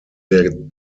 der